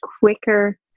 quicker